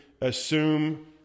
assume